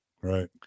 Right